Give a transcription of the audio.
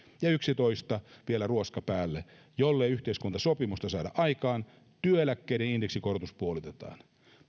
yksitoista vielä ruoska päälle jollei yhteiskuntasopimusta saada aikaan työeläkkeiden indeksikorotus puolitetaan